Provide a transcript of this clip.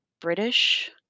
British